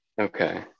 Okay